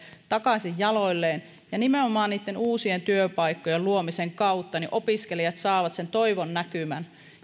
takaisin jaloilleen ja nimenomaan uusien työpaikkojen luomisen kautta opiskelijat saavat sen toivonnäkymän